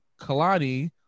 Kalani